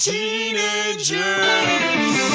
Teenagers